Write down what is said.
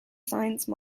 science